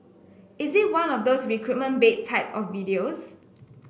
is it one of those recruitment bait type of videos